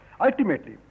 Ultimately